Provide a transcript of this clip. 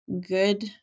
good